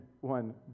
one